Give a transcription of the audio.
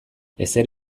ezer